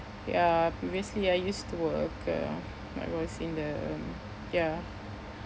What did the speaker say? ya previously I used to work uh I was in the ya